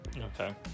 Okay